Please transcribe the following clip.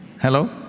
Hello